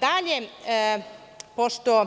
Dalje, pošto